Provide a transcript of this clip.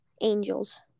Angels